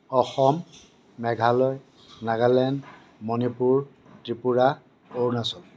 Assam Meghalaya Nagaland Manipur Tripura Arunachal